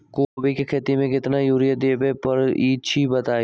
कोबी के खेती मे केतना यूरिया देबे परईछी बताई?